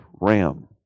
ram